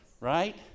Right